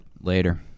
later